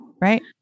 Right